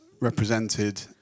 represented